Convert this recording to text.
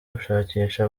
gushakisha